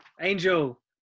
Angel